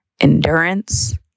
Endurance